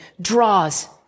draws